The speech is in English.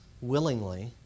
willingly